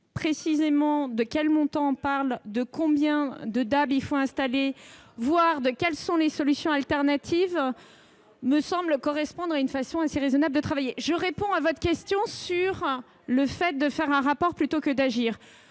précisément de quels montants on parle, combien de DAB il faut installer, voire quelles sont les solutions alternatives, me semble correspondre à une façon assez raisonnable de travailler. Vous allez avoir du mal ! Je réponds à votre question sur le fait de rédiger un rapport plutôt que d'agir.